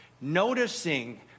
noticing